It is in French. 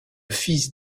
fils